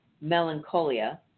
melancholia